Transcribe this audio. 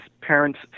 parents